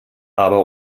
aber